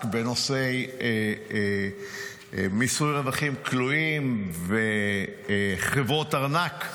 בנושאי מיסוי רווחים כלואים וחברות ארנק,